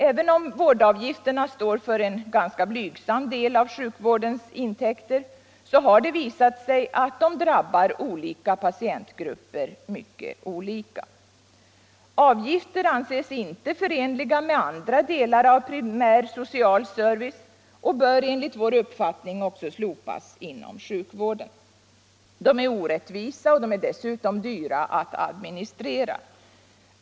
Även om vårdavgifterna står för en ganska blygsam del av sjukvårdens intäkter har det visat sig att avgifterna drabbar skilda patientgrupper mycket olika. Avgifter anses inte förenliga med andra delar av primär social service och bör enligt vår uppfattning också slopas inom sjukvården. De är orättvisa, och dessutom är de dyra att administrera.